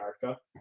character